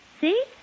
See